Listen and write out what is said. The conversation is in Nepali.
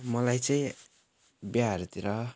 मलाई चाहिँ बिहाहरूतिर